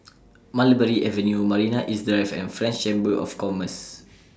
Mulberry Avenue Marina East Drive and French Chamber of Commerce